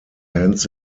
hands